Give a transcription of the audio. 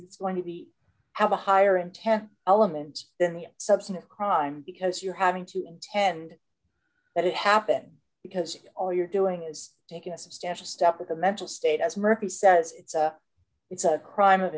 it's going to be have a higher intent elements than the substantive crime because you're having to intend that happen because all you're doing is taking a substantial step of the mental state as murphy says it's a crime of